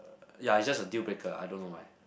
uh ya is just a deal breaker I don't know why